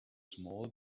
small